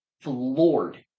floored